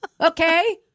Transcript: Okay